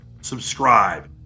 subscribe